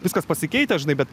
viskas pasikeitę žinai bet